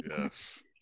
Yes